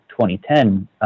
2010